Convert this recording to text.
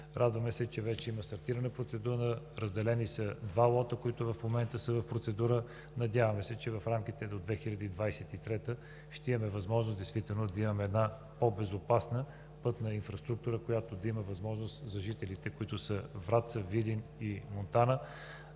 Радваме се, че вече има стартирана процедура, разделени са два лота, които в момента са в процедура. Надяваме се, че в рамките до 2023 г. ще имаме възможност за една по-безопасна пътна инфраструктура за жителите, които са от Враца, Видин и Монтана,